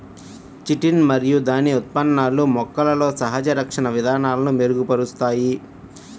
chitin మరియు దాని ఉత్పన్నాలు మొక్కలలో సహజ రక్షణ విధానాలను మెరుగుపరుస్తాయి